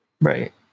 right